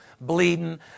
bleeding